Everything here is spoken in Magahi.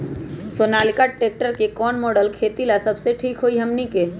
सोनालिका ट्रेक्टर के कौन मॉडल खेती ला सबसे ठीक होई हमने की?